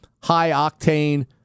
high-octane